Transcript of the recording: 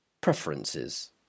preferences